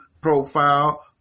profile